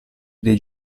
dei